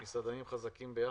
"מסעדנים חזקים ביחד".